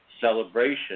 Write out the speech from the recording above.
celebration